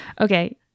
Okay